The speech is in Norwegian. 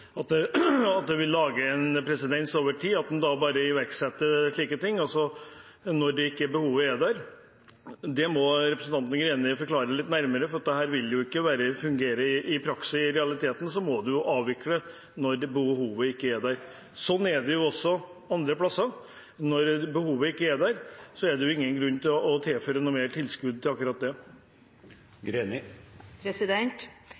vil lage en presedens over tid, og at en da bare iverksetter slike ting, også når behovet ikke er der. Det må representanten Greni forklare litt nærmere, for dette vil jo ikke fungere. I realiteten må en jo avvikle når behovet ikke er der. Slik er det også andre steder. Når behovet ikke er der, er det ingen grunn til å tilføre mer tilskudd til akkurat det.